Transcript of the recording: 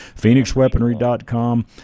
phoenixweaponry.com